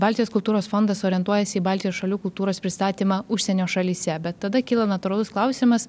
baltijos kultūros fondas orientuojasi į baltijos šalių kultūros pristatymą užsienio šalyse bet tada kyla natūralus klausimas